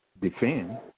defend